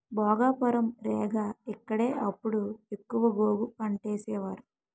భోగాపురం, రేగ ఇక్కడే అప్పుడు ఎక్కువ గోగు పంటేసేవారు